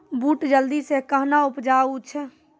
बूट जल्दी से कहना उपजाऊ छ?